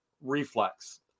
reflex